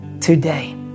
today